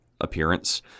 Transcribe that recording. appearance